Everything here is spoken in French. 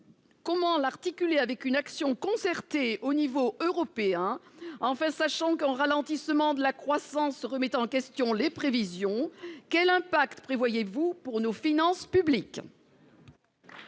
Comment l'articuler avec une action concertée au niveau européen ? Enfin, sachant qu'un ralentissement de la croissance remet en question les prévisions, quel impact prévoyez-vous pour nos finances publiques ?